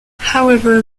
however